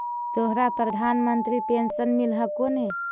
तोहरा प्रधानमंत्री पेन्शन मिल हको ने?